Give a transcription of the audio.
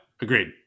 agreed